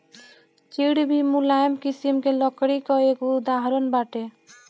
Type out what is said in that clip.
चीड़ भी मुलायम किसिम के लकड़ी कअ एगो उदाहरण बाटे